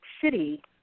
City